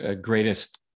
greatest